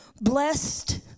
Blessed